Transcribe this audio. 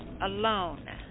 Alone